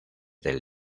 del